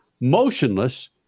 motionless